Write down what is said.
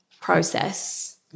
process